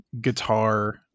guitar